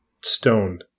stone